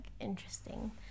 interesting